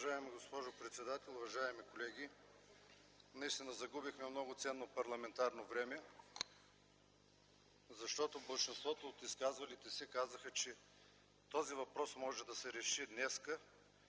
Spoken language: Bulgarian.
уважаема госпожо председател. Уважаеми колеги, наистина загубихме много ценно парламентарно време, защото болшинството от изказалите се казаха, че този въпрос може да се реши днес